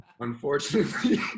Unfortunately